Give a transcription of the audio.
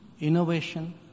innovation